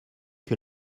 que